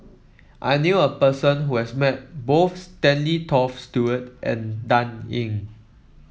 I knew a person who has met both Stanley Toft Stewart and Dan Ying